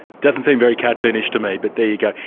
doesn't seem very cartoonish to me, but there you go.